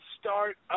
start